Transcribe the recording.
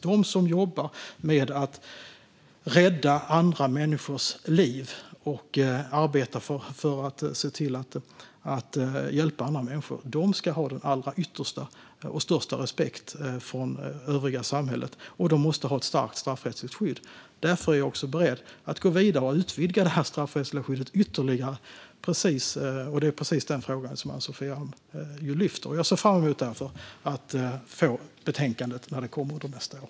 De som arbetar med att rädda andra människors liv och att hjälpa andra människor ska ha den allra yttersta och största respekt från övriga samhället, och de måste ha ett starkt straffrättsligt skydd. Därför är jag beredd att gå vidare och utvidga det straffrättsliga skyddet ytterligare, precis den fråga som Ann-Sofie Alm lyfter fram. Jag ser därför fram emot att få betänkandet när det kommer nästa år.